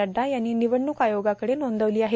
नड्डा यांनी निवडण्क आयोगाकडे नोंदवली आहे